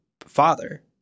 father